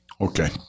Okay